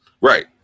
Right